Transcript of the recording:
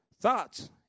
thoughts